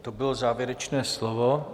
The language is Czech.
To bylo závěrečné slovo.